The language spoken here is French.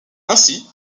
ainsi